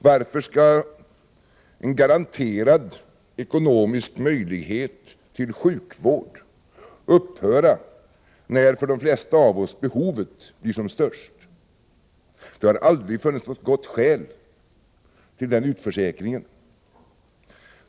Varför skall en garanterad ekonomisk möjlighet till sjukvård upphöra när behovet för de flesta av oss blir som störst? Det har aldrig funnits något gott skäl till denna utförsäkring.